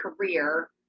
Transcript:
career